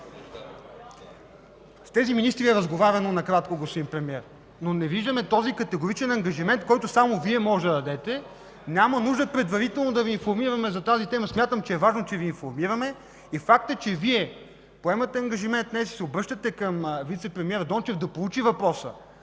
с министрите е разговаряно, но не виждаме този категоричен ангажимент, който само Вие можете да дадете. Няма нужда предварително да Ви информираме за тази тема. Смятам, че е важно, че Ви информираме. Фактът, че Вие поемате ангажимент, че се обръщате към вицепремиера Дончев да проучи въпроса,